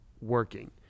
working